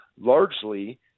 largely